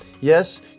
Yes